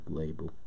label